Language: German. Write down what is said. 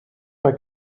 bei